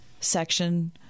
section